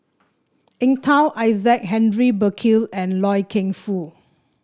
Eng Tow Isaac Henry Burkill and Loy Keng Foo